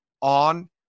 on